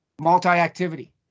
multi-activity